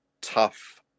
tough